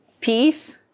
peace